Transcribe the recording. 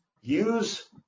use